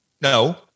No